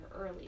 early